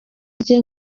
rye